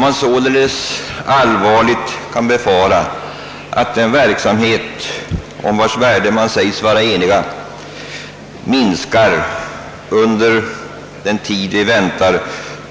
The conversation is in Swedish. Man kan allvarligt befara att den verksamhet, om vars värde man sägs vara enig, minskar under den tid vi väntar